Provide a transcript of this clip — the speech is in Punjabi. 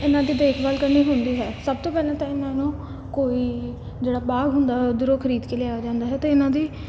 ਇਹਨਾਂ ਦੀ ਦੇਖਭਾਲ ਕਰਨੀ ਹੁੰਦੀ ਹੈ ਸਭ ਤੋਂ ਪਹਿਲਾਂ ਤਾਂ ਇਹਨਾਂ ਨੂੰ ਕੋਈ ਜਿਹੜਾ ਬਾਗ ਹੁੰਦਾ ਉੱਧਰੋਂ ਖਰੀਦ ਕੇ ਲਿਆ ਜਾਂਦਾ ਹੈ ਅਤੇ ਇਹਨਾਂ ਦੀ